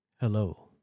Hello